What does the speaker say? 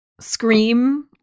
Scream